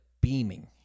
beaming